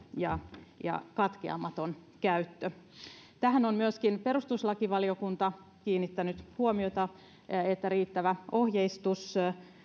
ja ja katkeamaton käyttö tähän on myöskin perustuslakivaliokunta kiinnittänyt huomiota että riittävä ohjeistus